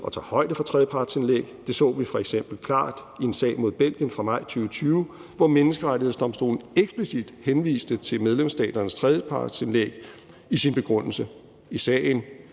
og tager højde for tredjepartsindlæg. Det så vi f.eks. klart i en sag mod Belgien fra maj 2020, hvor Menneskerettighedsdomstolen eksplicit henviste til medlemsstaternes tredjepartsindlæg i sin begrundelse. I sagen